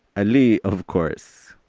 ali, of course,